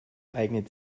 eignet